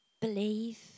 Believe